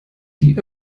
die